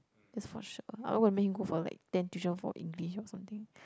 that's for sure I'm not gonna make him go for like ten tuition for English or something